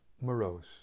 morose